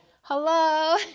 hello